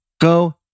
Go